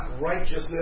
righteousness